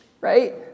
right